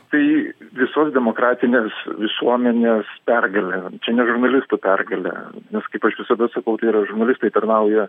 tai visos demokratinės visuomenės pergalė čia ne žurnalistų pergalė nes kaip aš visada sakau tai yra žurnalistai tarnauja